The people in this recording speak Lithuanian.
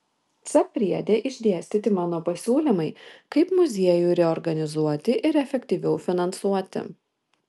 c priede išdėstyti mano pasiūlymai kaip muziejų reorganizuoti ir efektyviau finansuoti